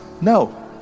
No